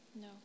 No